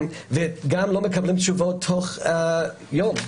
וגם לא מקבלים תשובות תוך יום,